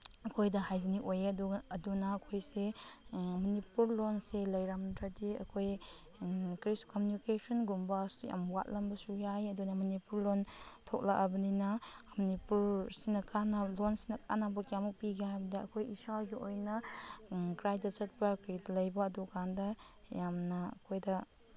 ꯑꯩꯈꯣꯏꯗ ꯍꯥꯏꯖꯅꯤꯛ ꯑꯣꯏꯌꯦ ꯑꯗꯨꯒ ꯑꯗꯨꯅ ꯑꯩꯈꯣꯏꯁꯤ ꯃꯅꯤꯄꯨꯔ ꯂꯣꯟꯁꯦ ꯂꯩꯔꯝꯗ꯭ꯔꯗꯤ ꯑꯩꯈꯣꯏ ꯀꯃꯅ꯭ꯌꯨꯅꯤꯀꯦꯁꯟꯒꯨꯝꯕꯁꯨ ꯌꯥꯝ ꯋꯥꯠꯂꯝꯕꯁꯨ ꯌꯥꯏ ꯑꯗꯨꯅ ꯃꯅꯤꯄꯨꯔ ꯂꯣꯟ ꯊꯣꯛꯂꯛꯑꯕꯅꯤꯅ ꯃꯅꯤꯄꯨꯔꯁꯤꯅ ꯂꯣꯟꯁꯤꯅ ꯀꯌꯥꯃꯨꯛ ꯀꯥꯅꯕ ꯄꯤꯒꯦ ꯍꯥꯏꯕꯗ ꯏꯁꯥꯒꯤ ꯑꯣꯏꯅ ꯀꯔꯥꯏꯗ ꯆꯠꯄ꯭ꯔꯥ ꯀꯔꯤ ꯂꯩꯕ꯭ꯔꯥ ꯑꯗꯨꯀꯥꯟꯗ ꯌꯥꯝꯅ ꯑꯩꯈꯣꯏꯗ